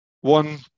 One